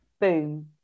boom